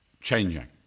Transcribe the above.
changing